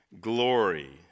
Glory